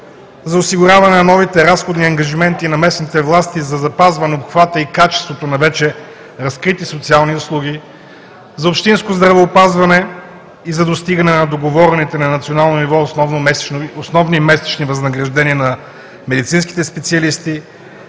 за осигуряване на новите разходни ангажименти на местните власти за запазване обхвата и качеството на вече разкрити социални услуги, за общинско здравеопазване и за достигане на договорените на национално ниво основни месечни възнаграждения на медицинските специалисти,